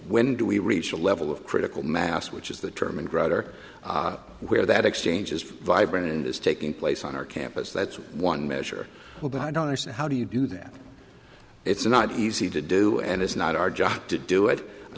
when do we reach a level of critical mass which is the term and grettir where that exchange is vibrant and is taking place on our campus that's one measure well that i don't understand how do you do that it's not easy to do and it's not our job to do it i